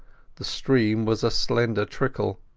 the stream was a slender trickle.